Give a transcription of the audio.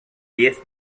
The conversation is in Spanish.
diez